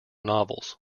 novels